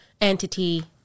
entity